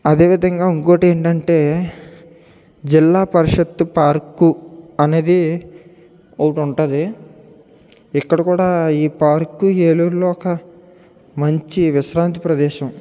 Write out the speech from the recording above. అదేవిధంగా ఇంకోటి ఏంటంటే జిల్లా పరిషత్తు పార్కు అనేది ఒకటి ఉంటది ఇక్కడ కూడా ఈ పార్కు ఏలూరులో ఒక మంచి విశ్రాంతి ప్రదేశం